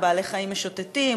לבעלי-חיים משוטטים,